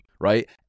right